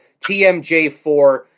TMJ4